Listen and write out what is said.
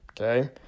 okay